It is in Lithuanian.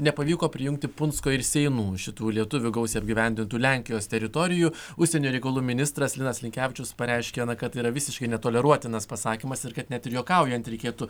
nepavyko prijungti punsko ir seinų šitų lietuvių gausiai apgyvendintų lenkijos teritorijų užsienio reikalų ministras linas linkevičius pareiškė na kad yra visiškai netoleruotinas pasakymas ir kad net ir juokaujant reikėtų